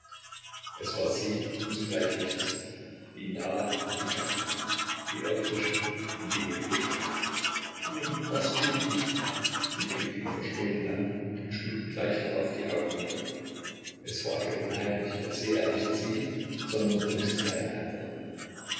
es war sie und zugleich nicht sie die nahe und die ferne die irdische und die himmlische nun was bin ich sie blickte ihn verstohlen an und schlug gleich darauf die augen nieder es war ihr unheimlich als sähe er nicht sie sondern durch sie eine andere